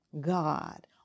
God